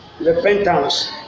Repentance